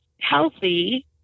healthy